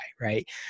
right